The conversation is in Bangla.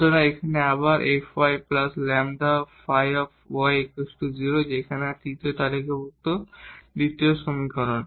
সুতরাং এখানে আবার এই fyλ ϕy 0 সেখানে তালিকাভুক্ত দ্বিতীয় সমীকরণ